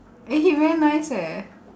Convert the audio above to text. eh he very nice eh